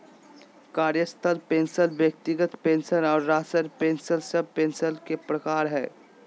कार्यस्थल पेंशन व्यक्तिगत पेंशन आर राज्य पेंशन सब पेंशन के प्रकार हय